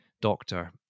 doctor